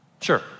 Sure